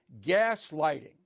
Gaslighting